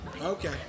Okay